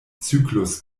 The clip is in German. zyklus